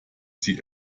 sie